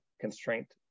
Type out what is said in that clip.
constraint